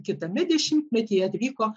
kitame dešimtmetyje atvyko